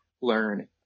learn